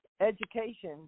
education